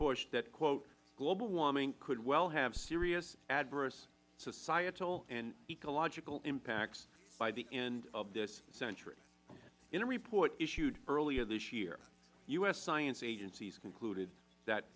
bush that quote global warming could well have serious adverse societal and ecological impacts by the end of this century in a report issued earlier this year u s science agencies concluded that